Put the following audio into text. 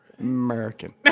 american